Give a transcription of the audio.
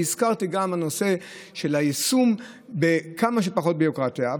וגם הזכרתי את נושא היישום בכמה שפחות ביורוקרטיה.